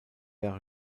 jahre